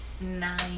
Nine